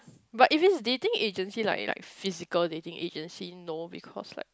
but if it's dating agency like like physical dating agency no because like